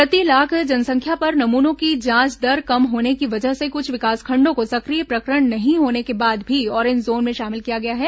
प्रति लाख जनसंख्या पर नमूनों की जांच दर कम होने की वजह से कुछ विकासखंडों को सक्रिय प्रकरण नहीं होने के बाद भी ऑरेंज जोन में शामिल किया गया है